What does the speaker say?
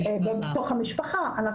בתוך המשפחה.